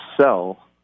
sell